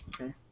okay